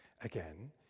Again